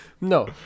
no